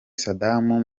saddam